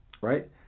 right